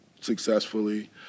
successfully